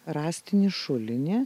rąstinį šulinį